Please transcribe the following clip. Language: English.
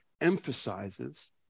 emphasizes